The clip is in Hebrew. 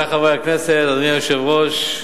אדוני היושב-ראש,